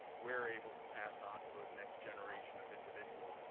we're able to pass on to those next generation of individuals,